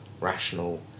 rational